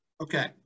Okay